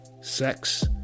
sex